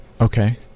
Okay